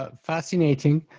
ah fascinating.